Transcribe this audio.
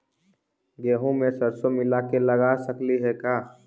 गेहूं मे सरसों मिला के लगा सकली हे का?